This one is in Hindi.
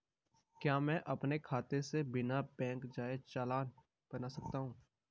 क्या मैं अपने खाते से बिना बैंक जाए चालान बना सकता हूँ?